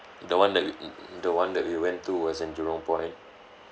the one that we we the one that we went to was in jurong point